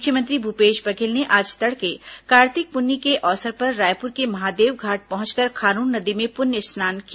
मुख्यमंत्री भूपेश बघेल ने आज तड़के कार्तिक पुन्नी के अवसर पर रायपुर के महादेवघाट पहुंचकर खारून नदी में पुण्य स्नान किया